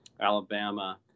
Alabama